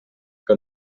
que